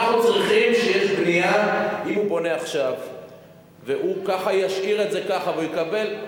אם הוא בונה עכשיו והוא ישאיר את זה ככה והוא יקבל,